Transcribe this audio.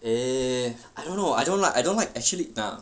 eh I don't know I don't like I don't like actually ah